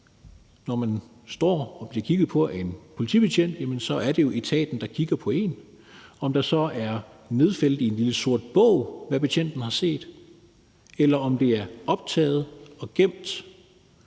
når man står og bliver kigget på af en politibetjent, jamen så er det jo etaten, der kigger på en. I forhold til om det er nedfældet i en lille sort bog, hvad betjenten har set, eller om det er optaget og gemt,